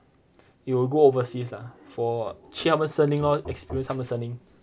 you'll go overseas ah 去他们森林 lor experience 他们森林